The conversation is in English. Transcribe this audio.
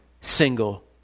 single